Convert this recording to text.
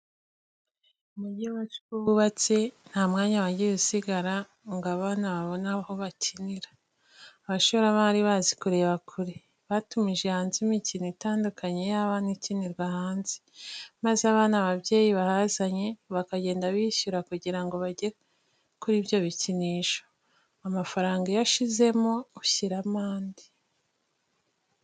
Umujyi wacu uko wubatse, nta mwanya wagiye usigara ngo abana babone aho bakinira. Abashoramari bazi kureba kure, batumije hanze imikino itandukanye y'abana ikinirwa hanze, maze abana ababyeyi bahazanye, bakagenda bishyura kugira ngo bajye kuri ibyo bikinisho. Amafaranga iyo ashizemo ushyiramo andi.